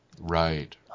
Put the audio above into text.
Right